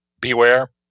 beware